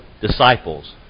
disciples